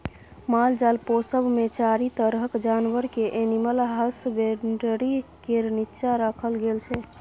मालजाल पोसब मे चारि तरहक जानबर केँ एनिमल हसबेंडरी केर नीच्चाँ राखल गेल छै